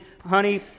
honey